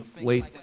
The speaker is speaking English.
late